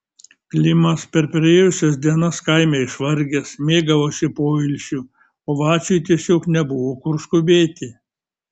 klimas per praėjusias dienas kaime išvargęs mėgavosi poilsiu o vaciui tiesiog nebuvo kur skubėti